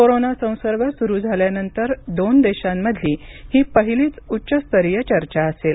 corona संसर्ग सुरू झाल्यानंतर दोन देशांमधील ही पहिलीच उच्च स्तरीय चर्चा असेल